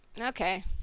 okay